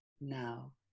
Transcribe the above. now